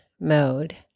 mode